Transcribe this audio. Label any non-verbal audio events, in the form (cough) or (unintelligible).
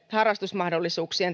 harrastusmahdollisuuksia (unintelligible)